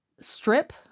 strip